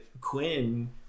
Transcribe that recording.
Quinn